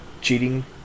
cheating